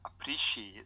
appreciate